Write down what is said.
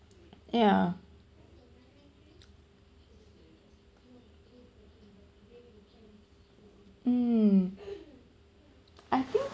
yeah mm I think